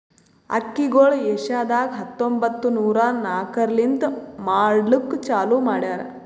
ಅಕ್ಕಿಗೊಳ್ ಏಷ್ಯಾದಾಗ್ ಹತ್ತೊಂಬತ್ತು ನೂರಾ ನಾಕರ್ಲಿಂತ್ ಮಾಡ್ಲುಕ್ ಚಾಲೂ ಮಾಡ್ಯಾರ್